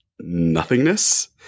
nothingness